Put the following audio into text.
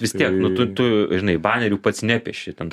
vis tiek nu tu tu žinai banerių pats nepieši ten